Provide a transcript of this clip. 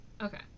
Okay